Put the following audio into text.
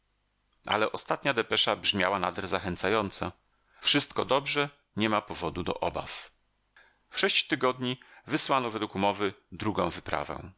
ale ostatnia depesza brzmiała nader zachęcająco wszystko dobrze nie ma powodu do obaw w sześć tygodni wysłano według umowy drugą wyprawę